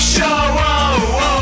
Show